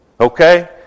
Okay